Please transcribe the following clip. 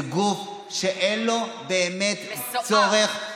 זה גוף שאין בו צורך, מסואב.